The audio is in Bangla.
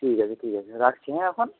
ঠিক আছে ঠিক আছে রাখছি হ্যাঁ এখন